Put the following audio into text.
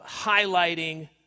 highlighting